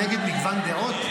מגוון דעות?